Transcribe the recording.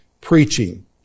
preaching